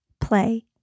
play